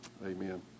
Amen